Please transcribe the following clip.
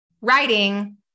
writing